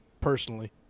Personally